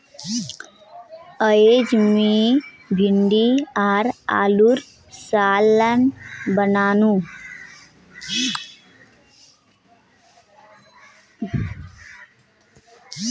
अयेज मी भिंडी आर आलूर सालं बनानु